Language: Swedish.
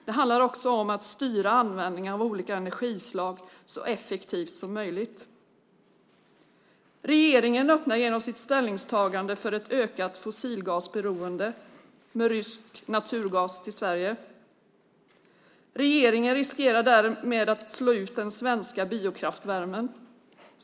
Det handlar också om att styra användningen av olika energislag så effektivt som möjligt. Regeringen öppnar genom sitt ställningstagande för ett ökat fossilgasberoende i form av rysk naturgas till Sverige. Regeringen riskerar därmed att slå ut den svenska biokraftvärmen.